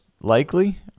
likely